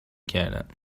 کردم